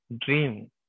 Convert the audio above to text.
dream